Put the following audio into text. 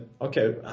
okay